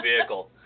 vehicle